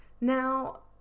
Now